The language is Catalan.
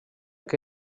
que